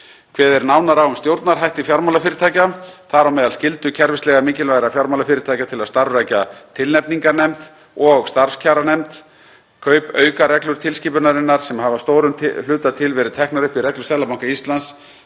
Kveðið er nánar á um stjórnarhætti fjármálafyrirtækja, þar á meðal skyldu kerfislega mikilvægra fjármálafyrirtækja til að starfrækja tilnefningarnefnd og starfskjaranefnd. Kaupaukareglur tilskipunarinnar, sem hafa að stórum hluta til verið teknar upp í reglur Seðlabanka Íslands,